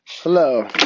Hello